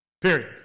period